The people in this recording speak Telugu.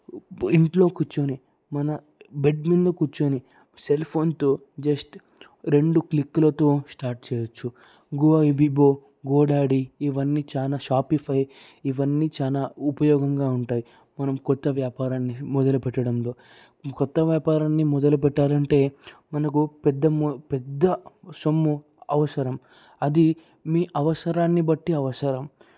ఇంట్లో కూర్చొని మన బెడ్ మీద కూర్చొని సెల్ఫోన్తో జస్ట్ రెండు క్లిక్లతో స్టార్ట్ చేయవచ్చు గోఐబీబో గోడ్యాడీ ఇవన్నీ చాలా షాపిఫై ఇవన్నీ చాలా ఉపయోగంగా ఉంటాయి మనం కొత్త వ్యాపారాన్ని మొదలు పెట్టడంలో కొత్త వ్యాపారాన్ని మొదలు పెట్టాలంటే మనకు పెద్ద మో పెద్ద సొమ్ము అవసరం అది మీ అవసరాన్ని బట్టి అవసరం